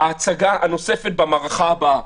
ההצגה הנוספת במערכה הבאה,